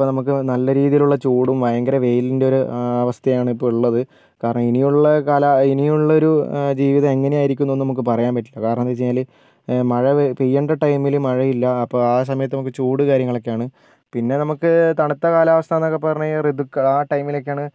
ഇപ്പം നമുക്ക് നല്ല രീതിയിലുള്ള ചൂടും ഭയങ്കര വെയിലിൻ്റെ ഒരു അവസ്ഥയാണ് ഇപ്പോൾ ഉള്ളത് കാരണം ഇനിയുള്ള കാലം ഇനിയുള്ളൊരു ജീവിതം എങ്ങനെയായിരിക്കുന്നൊന്നും നമുക്ക് പറയാൻ പറ്റില്ല കാരണം എന്താന്ന് വെച്ച് കഴിഞ്ഞാൽ മഴ പെയ്യേണ്ട ടൈമിൽ മഴയില്ല അപ്പം ആ സമയത്ത് നമുക്ക് ചൂട് കാര്യങ്ങളൊക്കെയാണ് പിന്നെ നമുക്ക് തണുത്ത കാലാവസ്ഥന്നൊക്കെ പറഞ്ഞു കഴിഞ്ഞാൽ ഋതു കാ ആ ടൈമിലക്കേണ്